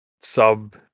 sub